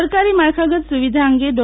સરકારી માળખાગત સુવિધા અંગે ડો